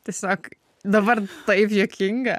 tiesiog dabar taip juokinga